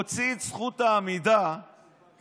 הוציא את זכות העמידה מהבוידם.